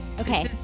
Okay